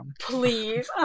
Please